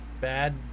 bad